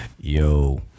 yo